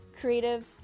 creative